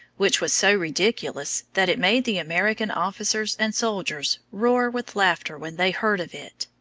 which was so ridiculous that it made the american officers and soldiers roar with laughter when they heard of it.